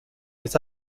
est